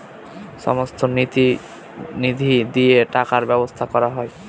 সমস্ত নীতি নিধি দিয়ে টাকার ব্যবসা করা হয়